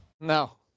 No